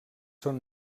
són